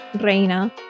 reina